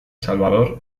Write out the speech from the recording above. salvador